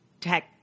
tech